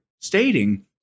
Stating